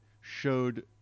showed